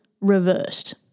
reversed